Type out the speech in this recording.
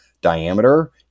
diameter